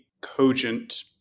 cogent